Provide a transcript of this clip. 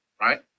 right